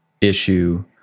issue